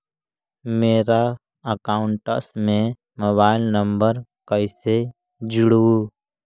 मेरा अकाउंटस में mobile number कैसे जुड़उ?